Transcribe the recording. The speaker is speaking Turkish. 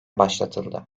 başlatıldı